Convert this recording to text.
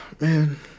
Man